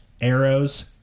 Arrows